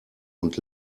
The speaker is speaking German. und